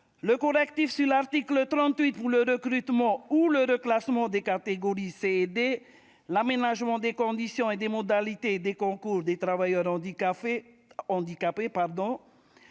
la correction de l'article 38 de l'ordonnance sur le recrutement ou le reclassement des catégories C et D ; l'aménagement des conditions et des modalités des concours des travailleurs handicapés